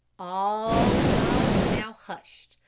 all tongues were now hushed,